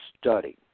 study